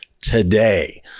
today